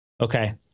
okay